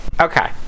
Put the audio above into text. Okay